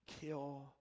kill